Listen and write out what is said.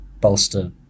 bolster